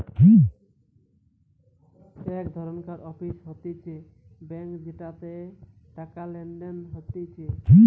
এক ধরণকার অফিস হতিছে ব্যাঙ্ক যেটাতে টাকা লেনদেন হতিছে